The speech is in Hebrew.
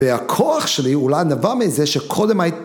והכוח שלי אולי נבע מזה שקודם הייתי...